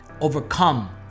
overcome